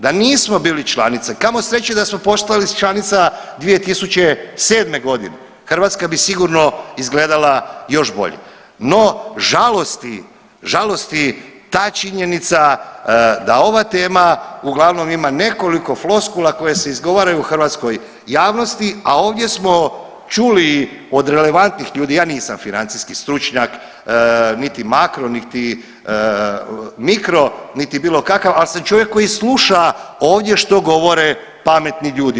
Da nismo bili članica, kamo sreće da smo postali članica 2007.g. Hrvatska bi sigurno izgledala još bolje, no žalosti, žalosti ta činjenica da ova tema uglavnom ima nekoliko floskula koje se izgovaraju u hrvatskoj javnosti, a ovdje smo čuli od relevantnih ljudi, ja nisam financijski stručnjak, niti makro, niti mikro, niti bilo kakav, ali sam čovjek koji sluša ovdje što govore pametni ljudi.